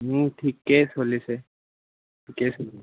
ঠিকে চলিছে ঠিকে চলিছে